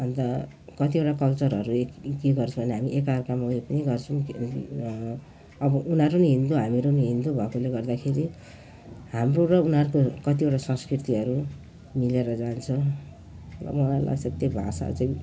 अन्त कतिवटा कल्चरहरू यी के गर्छौँ भने हामी एकाअर्कामा उयो पनि गर्छौँ अब उनीहरू पनि हिन्दू हामीहरू पनि हिन्दू भएकोले गर्दाखेरि हाम्रो र उनीहरूको कतिवटा संस्कृतिहरू मिलेर जान्छ अब भाषा चाहिँ